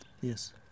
Yes